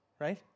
right